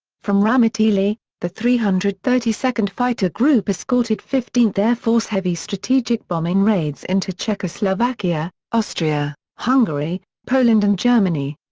from ramitelli, the three hundred and thirty second fighter group escorted fifteenth air force heavy strategic bombing raids into czechoslovakia, austria, hungary, poland and germany.